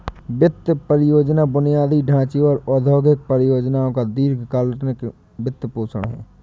वित्त परियोजना बुनियादी ढांचे और औद्योगिक परियोजनाओं का दीर्घ कालींन वित्तपोषण है